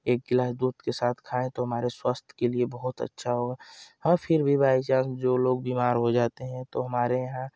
एक गिलास दूध के साथ खाएं तो हमारे स्वास्थ्य के लिये बहुत अच्छा हो हँ फिर भी बाइ चांस जो लोग बीमार हो जाते हैं तो हमारे यहाँ